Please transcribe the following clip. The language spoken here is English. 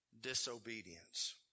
disobedience